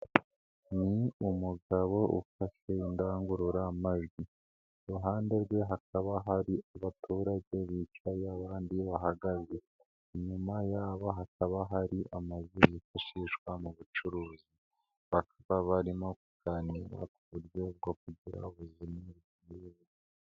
Ni umugabo ufashe indangururamajwi. Iruhande rwe hakaba hari abaturage bicaye abandi bahagaze. Inyuma yabo hakaba hari amazu yifashishwa mu gucuruza. Bakaba barimo kuganira ku buryo bwo kugira ubuzima muri iki gihe.